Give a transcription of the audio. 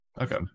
Okay